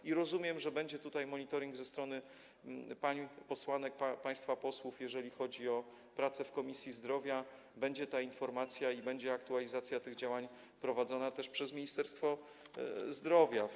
I rozumiem, że będzie tutaj monitoring ze strony pań posłanek, państwa posłów, jeżeli chodzi o prace w Komisji Zdrowia, będzie ta informacja i będzie aktualizacja tych działań prowadzona też przez Ministerstwo Zdrowia.